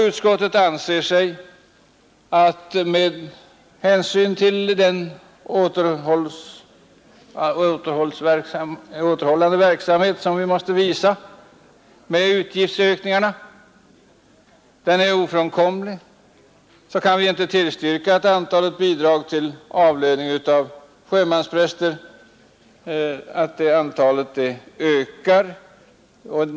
Utskottet anser att med hänsyn till den återhållsamhet med utgiftsökningar som är ofrånkomlig kan vi inte tillstyrka att antalet bidrag till avlöning av sjömanspräster ökar.